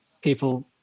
people